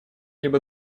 либо